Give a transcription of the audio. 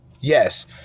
Yes